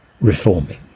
Reforming